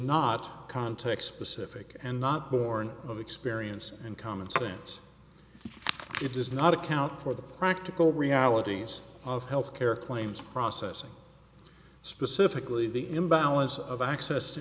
not context specific and not born of experience and common sense it does not account for the practical realities of health care claims processing specifically the imbalance of access to